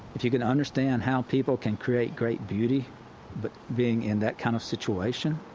if you can understand how people can create great beauty but being in that kind of situation,